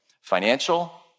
Financial